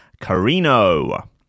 Carino